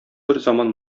берзаман